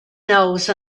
nose